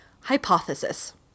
Hypothesis